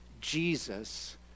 Jesus